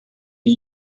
die